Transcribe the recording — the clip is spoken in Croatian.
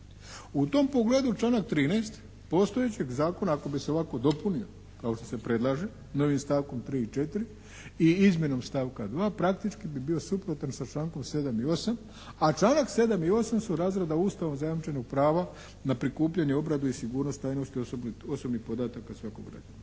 U tom pogledu članak 13. postojećeg zakona, ako bi se ovako dopunio kao što se predlaže novim stavkom 3. i 4. i izmjenom stavka 2. praktički bi bio suprotan sa člankom 7. i 8. A članak 7. i 8. su razrada Ustavom zajamčenog prava na prikupljanje, obradu i sigurnost tajnosti osobnih podataka svakog građana.